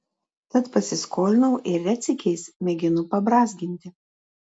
tad pasiskolinau ir retsykiais mėginu pabrązginti